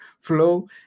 flow